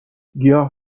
گیاه